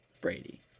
Brady